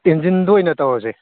ꯏꯟꯖꯤꯟꯗꯨ ꯑꯣꯏꯅ ꯇꯧꯔꯁꯦ